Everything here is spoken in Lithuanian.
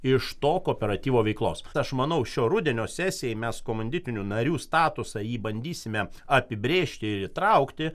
iš to kooperatyvo veiklos aš manau šio rudenio sesijai mes komanditinių narių statusą jį bandysime apibrėžti ir įtraukti